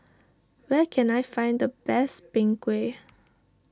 where can I find the best Png Kueh